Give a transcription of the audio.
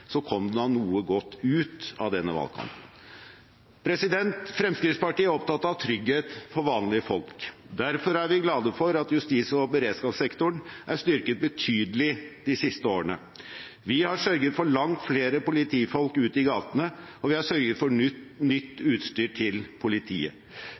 Så kom det da noe godt ut av denne valgkampen. Fremskrittspartiet er opptatt av trygghet for vanlige folk. Derfor er vi glade for at justis- og beredskapssektoren er styrket betydelig de siste årene. Vi har sørget for langt flere politifolk ute i gatene, og vi har sørget for nytt